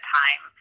time